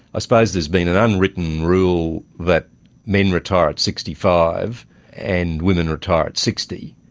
suppose there's been an unwritten rule that men retire at sixty five and women retire at sixty,